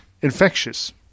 infectious